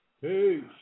Peace